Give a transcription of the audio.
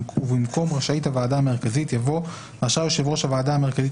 ובמקום "רשאית הוועדה המרכזית" יבוא "רשאי יושב-ראש הוועדה המרכזית